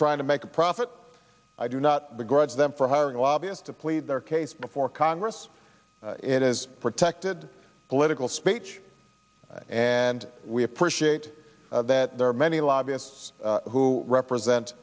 trying to make a profit i do not begrudge them for hiring a lobbyist to plead their case before congress it is protected political speech and we appreciate that there are many lobbyists who represent